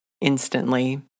instantly